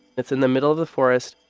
it's in the middle of the forest.